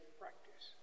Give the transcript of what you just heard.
practice